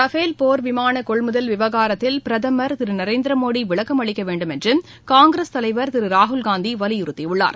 Rafale போர் விமான கொள்முதல் விவகாரத்தில் பிரதமர் திரு நரேந்திர மோடி விளக்கம் அளிக்க வேண்டும் என்று காங்கிரஸ் தலைவர் திரு ராகுல்காந்தி வலியுறுத்தியுள்ளார்